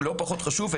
ולא פחות חשוב,